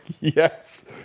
Yes